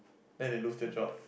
then they lose their job